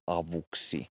avuksi